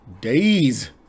days